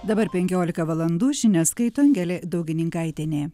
dabar penkiolika valandų žinias skaito angelė daugininkaitienė